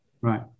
Right